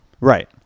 Right